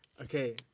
Okay